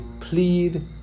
plead